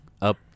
up